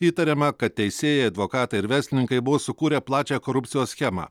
įtariama kad teisėjai advokatai ir verslininkai buvo sukūrę plačią korupcijos schemą